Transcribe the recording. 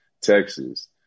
Texas